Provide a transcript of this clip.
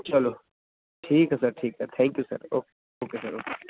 ਚਲੋ ਠੀਕ ਹੈ ਸਰ ਠੀਕ ਹੈ thank you sir oh okay sir okay